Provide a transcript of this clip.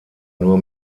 nur